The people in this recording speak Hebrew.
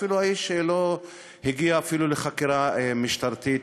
האיש אפילו עוד לא הגיע לחקירה משטרתית,